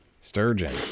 Sturgeon